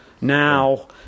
Now